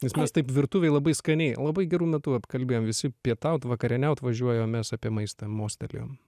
nes mes taip virtuvėj labai skaniai labai geru metu apkalbėjom visi pietaut vakarieniaut važiuoja o mes apie maistą mostelėjom